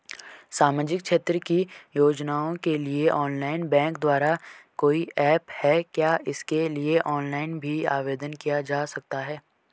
सामाजिक क्षेत्र की योजनाओं के लिए ऑनलाइन बैंक द्वारा कोई ऐप है क्या इसके लिए ऑनलाइन भी आवेदन किया जा सकता है?